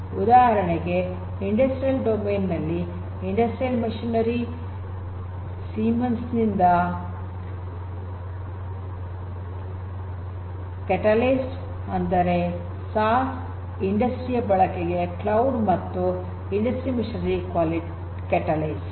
ಉದಾಹರಣೆಗೆ industrial domain ನಲ್ಲಿ industrial machinery Siemens ನಿಂದ ಕ್ಯಾಟಲಿಸ್ಟ್ ಅಂದರೆ ಸಾಸ್ ಇಂಡಸ್ಟ್ರಿ ಯ ಬಳಕೆಗೆ ಕ್ಲೌಡ್ ಮತ್ತು ಇಂಡಸ್ಟ್ರಿಯಲ್ ಮಷಿನರಿ ಕ್ಯಾಟಲಿಸ್ಟ್